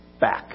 Back